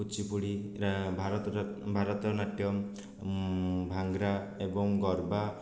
କୁଚିପୁଡ଼ି ଭାରତନାଟ୍ୟମ ଭାଙ୍ଗଡ଼ା ଏବଂ ଗରବା